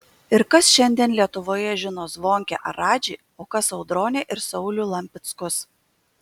ir kas šiandien lietuvoje žino zvonkę ar radžį o kas audronę ir saulių lampickus